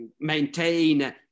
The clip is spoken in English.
maintain